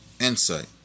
insight